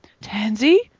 Tansy